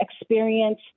experience